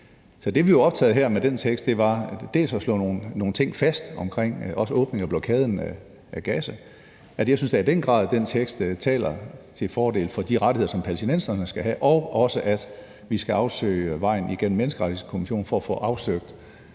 Så det, vi er optaget af med den her tekst, er til dels at slå nogle ting fast omkring åbning af blokaden af gas, og jeg synes da i den grad, at den tekst taler til fordel for de rettigheder, som palæstinenserne skal have, og også taler for, at vi skal afsøge vejen igennem Menneskerettighedskommissionen for at få afsøgt,